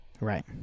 Right